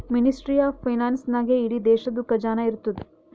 ministry of finance ನಾಗೇ ಇಡೀ ದೇಶದು ಖಜಾನಾ ಇರ್ತುದ್